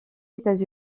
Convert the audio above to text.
états